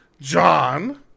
John